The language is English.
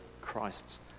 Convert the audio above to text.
Christ's